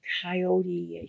coyote